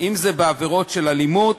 בעבירות אלימות,